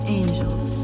angels